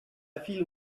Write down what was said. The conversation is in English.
feel